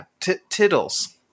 tittles